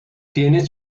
tiene